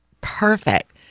perfect